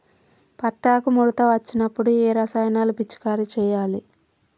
పత్తి ఆకు ముడత వచ్చినప్పుడు ఏ రసాయనాలు పిచికారీ చేయాలి?